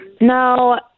No